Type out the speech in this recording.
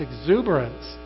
exuberance